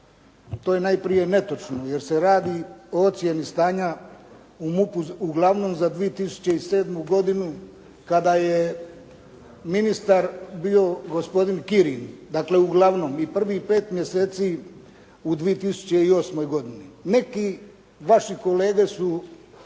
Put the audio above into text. To je najprije netočno, jer se radi o ocjeni stanja u MUP-u uglavnom za 2007. godinu kada je ministar bio gospodin Kirin. Dakle, uglavnom i prvih 5 mjeseci u 2008. godini. Neki vaše kolege su